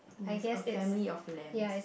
yes a family of lambs